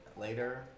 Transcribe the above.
later